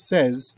Says